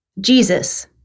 Jesus